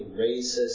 racist